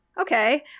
okay